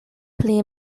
pli